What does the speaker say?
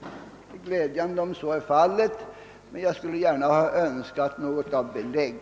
Det vore glädjande om så är fallet, men jag skulle gärna ha önskat något belägg.